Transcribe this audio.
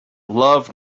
love